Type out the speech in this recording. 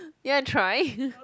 you wanna try